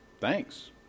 thanks